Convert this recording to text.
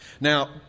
Now